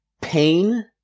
pain